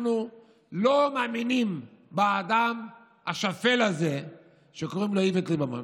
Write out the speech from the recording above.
אנחנו לא מאמינים באדם השפל הזה שקוראים לו איווט ליברמן,